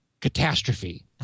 catastrophe